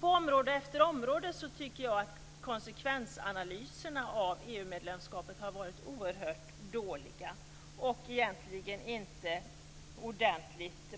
På område efter område tycker jag att konsekvensanalyserna av EU-medlemskapet har varit oerhört dåliga. Man har egentligen inte